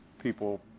people